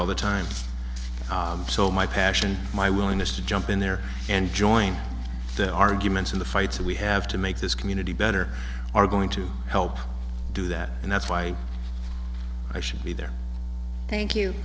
all the time so my passion my willingness to jump in there and join the arguments in the fights we have to make this community better are going to help do that and that's why i should be there thank you